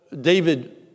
David